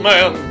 Man